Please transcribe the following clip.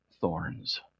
thorns